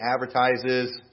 advertises